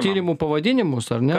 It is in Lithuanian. tyrimų pavadinimus ar ne